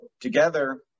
together